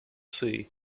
sea